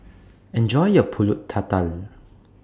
Enjoy your Pulut Tatal